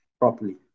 properly